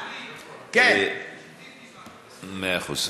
מאה אחוז.